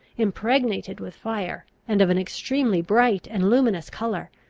impregnated with fire, and of an extremely bright and luminous colour,